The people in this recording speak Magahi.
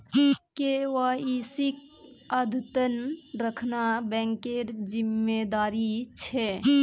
केवाईसीक अद्यतन रखना बैंकेर जिम्मेदारी छे